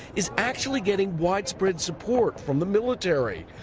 is actually getting widespread support from the military.